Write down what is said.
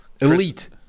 Elite